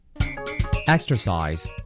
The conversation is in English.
Exercise